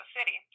City